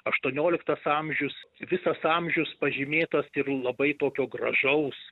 aštuonioliktas amžius visas amžius pažymėtas ir labai tokio gražaus